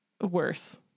Worse